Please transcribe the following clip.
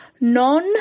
non